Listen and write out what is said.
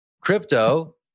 Crypto